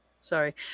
Sorry